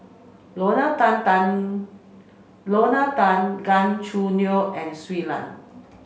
Lorna Tan Tan Lorna Tan Gan Choo Neo and Shui Lan